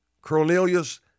Cornelius